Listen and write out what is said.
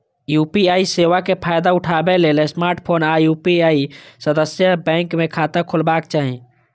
UPI सेवा के फायदा उठबै लेल स्मार्टफोन आ यू.पी.आई सदस्य बैंक मे खाता होबाक चाही